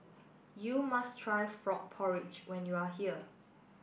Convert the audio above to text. you must try Frog Porridge when you are here